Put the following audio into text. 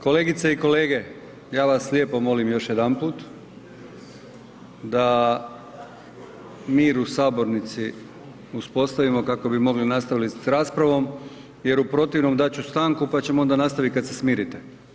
Kolegice i kolege, ja vas lijepo molim još jedanput da mir u sabornici uspostavimo kako bi mogli nastaviti s raspravom jer u protivnom dati ću stanku pa ćemo onda nastaviti kada se smirite.